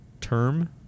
term